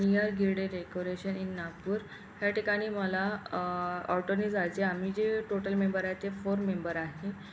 near Girde decoration in Nagpur ह्या ठिकाणी मला ऑटोने जायचे आम्ही जे टोटल मेंबर आहे ते फोर मेंबर आहे